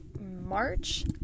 March